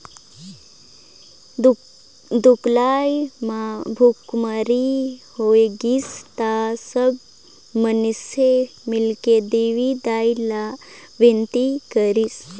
दुकाल म भुखमरी होगिस त सब माइनसे मिलके देवी दाई ला बिनती करिन